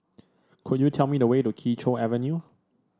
could you tell me the way to Kee Choe Avenue